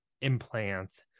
implants